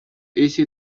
easy